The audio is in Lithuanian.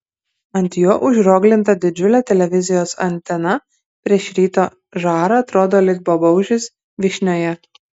ant jo užrioglinta didžiulė televizijos antena prieš ryto žarą atrodo lyg babaužis vyšnioje